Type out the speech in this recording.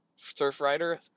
Surfrider